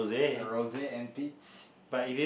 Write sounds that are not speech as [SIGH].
rose and peach [BREATH]